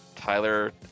Tyler